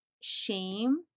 shame